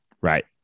Right